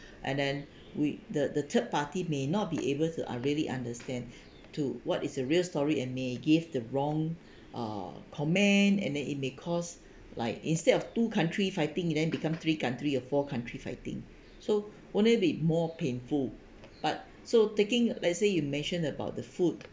and then with the the third party may not be able to ah really understand to what is a real story and may give the wrong uh comment and then it may cause like instead of two country fighting then become three country or four country fighting so won't it be more painful but so taking let's say you mentioned about the food